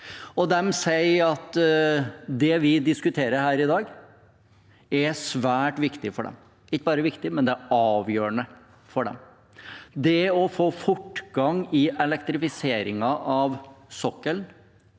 De sier at det vi diskuterer her i dag, er svært viktig for dem – det er ikke bare viktig, det er avgjørende for dem. Det å få fortgang i elektrifiseringen av sokkelen,